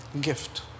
gift